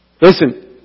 Listen